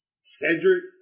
Cedric